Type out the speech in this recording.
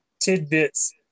tidbits